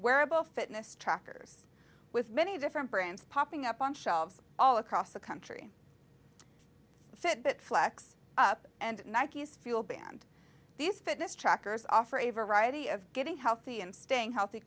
wearable fitness trackers with many different brands popping up on shelves all across the country said that flex up and nike is fuel band these fitness trackers offer a variety of getting healthy and staying healthy